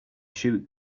shoot